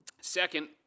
Second